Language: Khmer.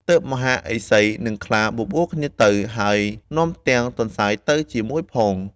ទើបមហាឫសី និងខ្លាបបួលគ្នាទៅ ហើយនាំទាំងទន្សាយទៅជាមួយផង។